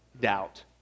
doubt